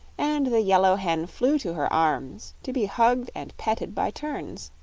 and the yellow hen flew to her arms, to be hugged and petted by turns.